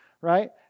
right